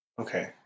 okay